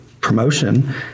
promotion